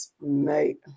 Mate